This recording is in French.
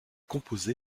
composé